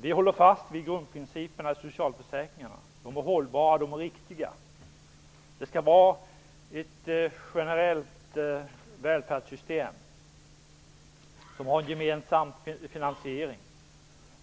Vi håller alltså fast vid grundprincipen att socialförsäkringarna skall vara hållbara och riktiga. Det skall vara ett generellt välfärdssystem med en gemensam finansiering.